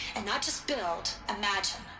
and not just build. imagine,